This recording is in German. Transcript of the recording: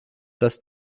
das